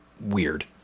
weird